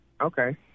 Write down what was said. Okay